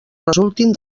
resultin